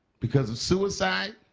because of suicide.